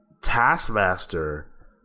Taskmaster